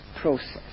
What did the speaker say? process